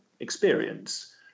experience